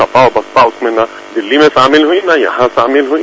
सपा और बसपा उसमें न तो दिल्ली में शामिल हुई न यहां शामिल हुई